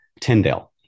Tyndale